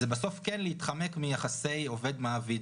זה להתחמק מיחסי עובד-מעביד.